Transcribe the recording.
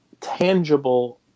tangible